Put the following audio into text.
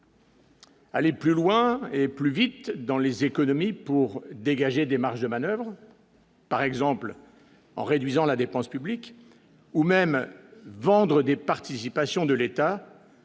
Aller plus loin et plus vite dans les économies pour dégager des marges de manoeuvre. Par exemple en réduisant la dépense publique ou même vendre des participations de l'État,